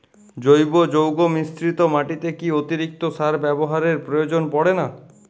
জৈব যৌগ মিশ্রিত মাটিতে কি অতিরিক্ত সার ব্যবহারের প্রয়োজন পড়ে না?